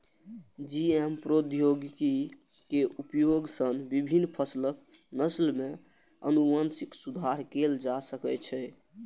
GM प्रौद्योगिकी के उपयोग सं विभिन्न फसलक नस्ल मे आनुवंशिक सुधार कैल जा सकै छै